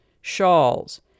shawls